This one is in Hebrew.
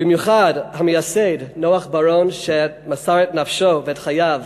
ובמיוחד המייסד נח בראון, שמסר את נפשו ואת חייו